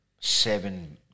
Seven